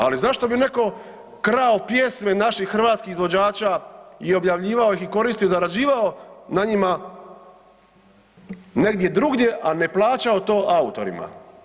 Ali zašto bi netko krao pjesme naših hrvatskih izvođača i objavljivao ih i koristio ih, zarađivao na njima negdje drugdje a ne plaćao to autorima?